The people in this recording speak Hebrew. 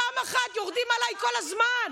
עשתה, פעם אחת, יורדים עליי כל הזמן.